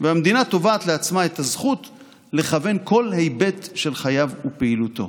והמדינה תובעת לעצמה את הזכות לכוון כל היבט של חייו ופעילותו?